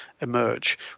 emerge